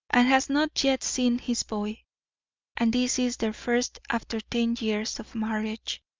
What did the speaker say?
and has not yet seen his boy and this is their first after ten years of marriage.